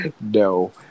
No